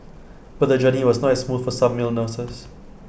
but the journey was not as smooth for some male nurses